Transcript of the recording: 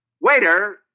Waiter